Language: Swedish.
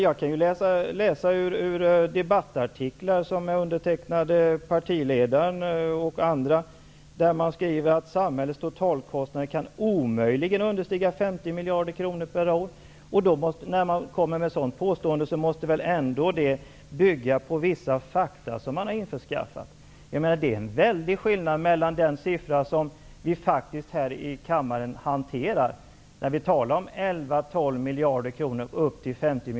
Jag kan läsa upp avsnitt ur debattartiklar som är undertecknade av partiledaren och andra och där man skriver att samhällets totalkostnader omöjligen kan understiga 50 miljarder kronor per år. När man kommer med ett sådant påstående måste det väl ändå bygga på vissa fakta som man har införskaffat. Det är en väldig skillnad mellan de belopp som vi här i kammaren hanterar, där vi talar om 11--12 miljarder kronor, och 50 miljarder kronor.